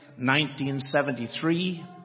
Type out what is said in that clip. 1973